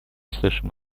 слышим